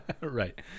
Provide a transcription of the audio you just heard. right